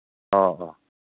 ꯑꯧ ꯍꯣ